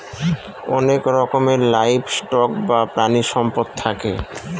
অনেক রকমের livestock বা প্রানীসম্পদ থাকে